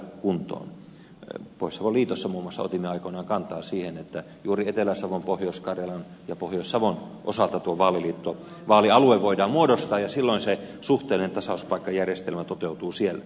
pohjois savon liitossa muun muassa otimme aikoinaan kantaa siihen että juuri etelä savon pohjois karjalan ja pohjois savon osalta tuo vaalialue voidaan muodostaa ja silloin se suhteellinen tasauspaikkajärjestelmä toteutuu siellä